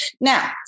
Now